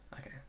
Okay